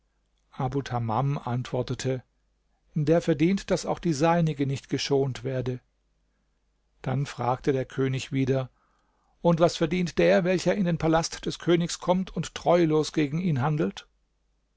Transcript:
antwortete der verdient daß auch die seinige nicht geschont werde dann fragte der könig wieder und was verdient der welcher in den palast des königs kommt und treulos gegen ihn handelt